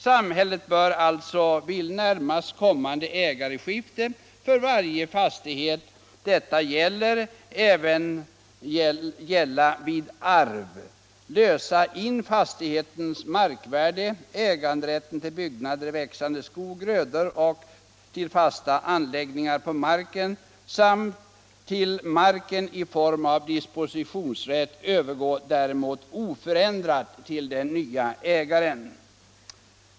Samhället bör alltså vid närmast kommande ägarskifte för varje fastighet — detta skall gälla även vid arv — lösa in fastighetens markvärde. Ä ganderätten till byggnader, växande skog, grödor och till fasta anläggningar på marken samt till marken i form av dispositionsrätt övergår däremot oförändrad till den nye ägaren.